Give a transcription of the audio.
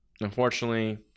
unfortunately